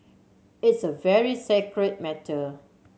it's a very sacred matter